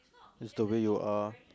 is the way you are